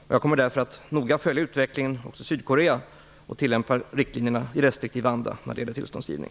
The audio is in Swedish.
Jag kommer därför att noga följa utvecklingen i Sydkorea och tillämpa riktlinjerna i restriktiv anda när det gäller tillståndsgivning.